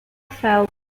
fell